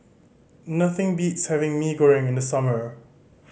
nothing beats having Mee Goreng in the summer